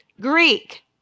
Greek